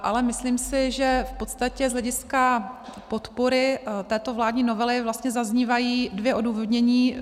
Ale myslím si, že v podstatě z hlediska podpory této vládní novely vlastně zaznívají dvě odůvodnění.